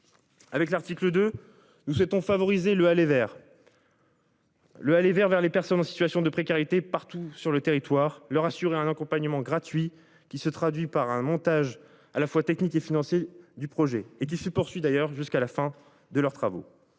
Avec l'article de nous souhaitons favoriser le aller vers. Le aller vers vers les personnes en situation de précarité partout sur le territoire, leur assurer un accompagnement gratuit qui se traduit par un montage à la fois technique et financier du projet et qui se poursuit d'ailleurs jusqu'à la fin de leurs travaux.